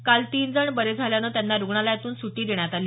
काल तीन जण बरे झाल्यानं त्यांना रुग्णालयातून सुटी देण्यात आली